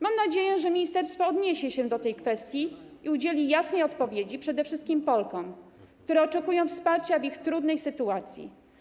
Mam nadzieję, że ministerstwo odniesie się do tej kwestii i udzieli jasnej odpowiedzi przede wszystkim Polkom, które oczekują wsparcia w ich trudnej sytuacji.